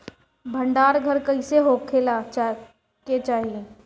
भंडार घर कईसे होखे के चाही?